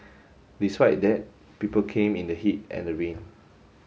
despite that people came in the heat and the rain